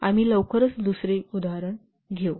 आम्ही लवकरच दुसरे उदाहरण घेऊ